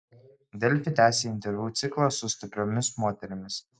delfi tęsia interviu ciklą su stipriomis moterimis